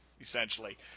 essentially